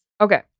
Okay